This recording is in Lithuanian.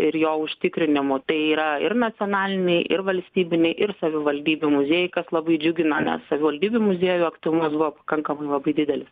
ir jo užtikrinimu tai yra ir nacionaliniai ir valstybiniai ir savivaldybių muziejai kas labai džiugina nes savivaldybių muziejų aktyvumas buvo pakankamai labai didelis